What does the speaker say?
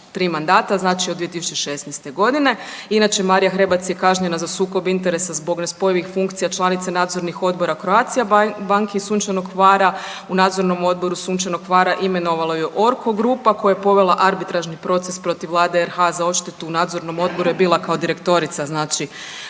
3 mandata znači od 2016. godine. Inače Marija Hrebac je kažnjena za sukob interesa zbog nespojivih funkcija članice nadzornih odbora Croatia banke i Sunčanog Hvara. U nadzornom odboru Sunčanog Hvara imenovala ju je Orko Group-a koja je povela arbitražni proces protiv Vlade RH za odštetu. U nadzornom odboru je bila kao direktorica znači